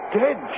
dead